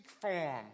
form